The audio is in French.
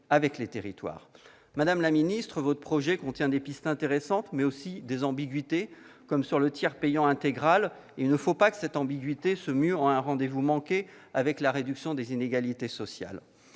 Madame la ministre, votre projet contient des pistes intéressantes, mais aussi des ambiguïtés, relatives par exemple au tiers payant intégral, et il ne faudrait pas que cette ambiguïté se mue en un rendez-vous manqué avec la réduction des inégalités sociales.